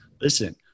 Listen